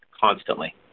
constantly